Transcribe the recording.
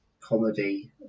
comedy